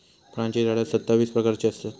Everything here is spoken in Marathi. फळांची झाडा सत्तावीस प्रकारची असतत